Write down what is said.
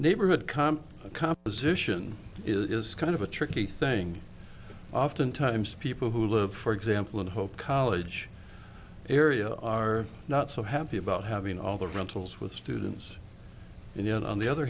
neighborhood calm composition is kind of a tricky thing oftentimes people who live for example and hope college area are not so happy about having all the rentals with students and yet on the other